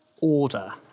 order